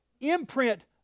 imprint